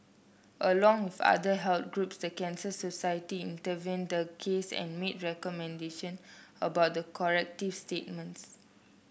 along with other health groups the Cancer Society intervened the case and made recommendation about the corrective statements